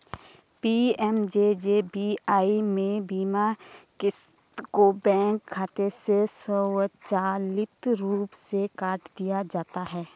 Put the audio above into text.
PMJJBY में बीमा क़िस्त को बैंक खाते से स्वचालित रूप से काट लिया जाता है